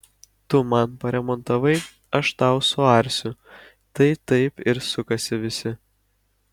tu man paremontavai aš tau suarsiu tai taip ir sukasi visi